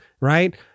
right